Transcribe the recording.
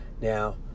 Now